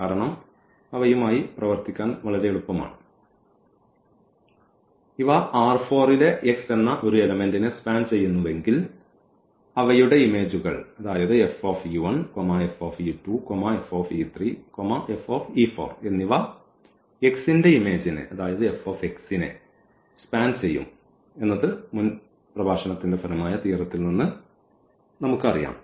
കാരണം അവയുമായി പ്രവർത്തിക്കാൻ എളുപ്പമാണ് ഇവ ലെ x എന്ന ഒരു എലെമെന്റിനെ സ്പാൻ ചെയ്യുന്നുവെങ്കിൽ അവയുടെ ഇമേജുകൾ എന്നിവ x ന്റെ ഇമേജിനെ സ്പാൻ ചെയ്യും എന്നത് മുൻ പ്രഭാഷണത്തിന്റെ ഫലമായ തിയറത്തിൽ നിന്ന് നമുക്കറിയാം